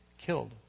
killed